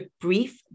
brief